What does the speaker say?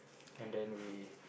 and then we